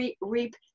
reap